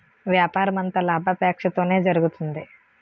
వ్యాపారమంతా లాభాపేక్షతోనే జరుగుతుంది